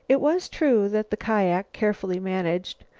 it was true that the kiak, carefully managed,